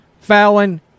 Fallon